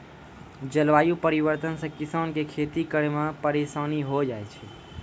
जलवायु परिवर्तन से किसान के खेती करै मे परिसानी होय जाय छै